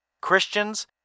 Christians